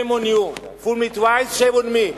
shame on you, fool me twice, shame on me.